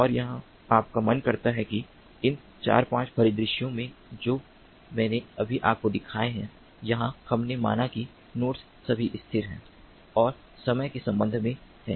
और यहाँ आप का मन करता है कि इन ४ ५ परिदृश्यों में जो मैंने अभी आपको दिखाए हैं यहाँ हमने माना है कि नोड्स सभी स्थिर हैं और समय के संबंध में हैं